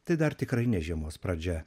tai dar tikrai ne žiemos pradžia